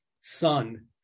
son